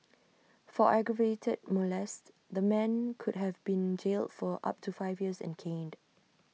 for aggravated molest the man could have been jailed for up to five years and caned